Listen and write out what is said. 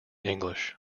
english